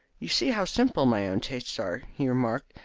you see how simple my own tastes are, he remarked,